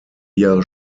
jahre